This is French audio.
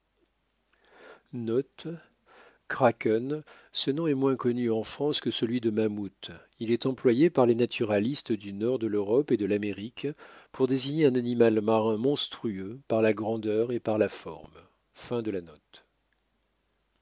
krak ce nom est moins connu en france que celui de mammouth il est employé par les naturalistes du nord de l'europe et de l'amérique pour désigner un animal marin monstrueux par la grandeur et par la forme